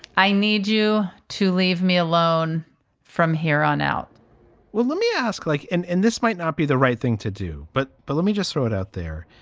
i need you to leave me alone from here on out well, let me ask. like and and this might not be the right thing to do, but but let me just throw it out there.